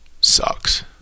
sucks